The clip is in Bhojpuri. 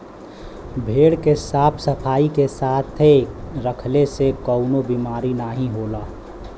भेड़ के साफ सफाई के साथे रखले से कउनो बिमारी नाहीं होला